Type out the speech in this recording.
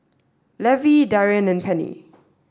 Levy Darrion and Penni